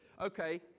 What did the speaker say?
Okay